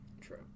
true